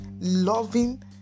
loving